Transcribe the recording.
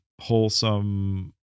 wholesome